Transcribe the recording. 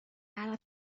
برات